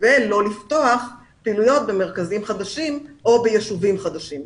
ולא לפתוח פעילויות במרכזים חדשים או בישובים חדשים.